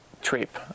trip